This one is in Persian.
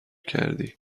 کردی